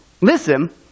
Listen